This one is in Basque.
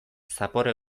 zapore